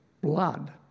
blood